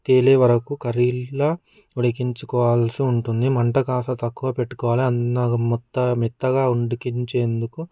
తేలేవరకు కర్రీల్లా ఉడికించుకోవలసి ఉంటుంది మంట కాస్త తక్కువగా పెట్టుకోవాలి మెత్తగా ఉడికించేందుకు